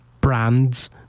brands